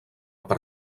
per